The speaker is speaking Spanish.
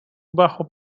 bajo